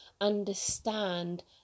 understand